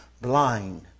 blind